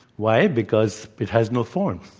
why? because it has no form.